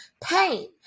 pain